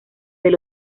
del